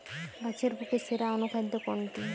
গাছের পক্ষে সেরা অনুখাদ্য কোনটি?